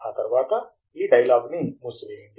ఆ తర్వాత ఈ డైలాగ్ ని మూసివేయండి